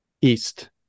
east